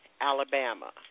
Alabama